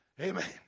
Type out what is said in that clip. Amen